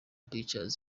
pictures